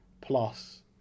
plus